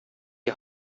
die